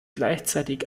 gleichzeitig